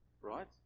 Right